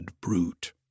brute